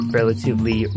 relatively